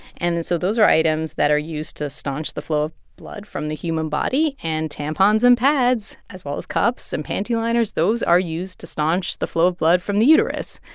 and so those are items that are used to staunch the flow of blood from the human body. and tampons and pads, as well as cups and panty liners those are used to staunch the flow of blood from the uterus.